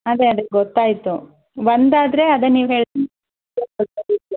ಅದೇ ಅದೇ ಗೊತ್ತಾಯಿತು ಒಂದು ಆದರೆ ಅದೇ ನೀವು ಹೇಳಿ ಕೊಡ್ತಾ ಇದ್ದೆ